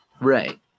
Right